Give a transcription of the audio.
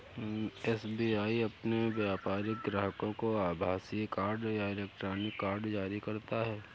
SBI अपने व्यापारिक ग्राहकों को आभासीय कार्ड या इलेक्ट्रॉनिक कार्ड जारी करता है